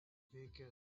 veikia